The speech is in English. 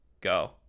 go